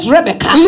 Rebecca